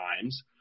times